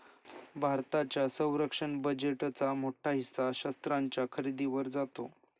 भारताच्या संरक्षण बजेटचा मोठा हिस्सा शस्त्रास्त्रांच्या खरेदीवर जातो